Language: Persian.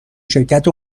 شرکت